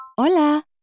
Hola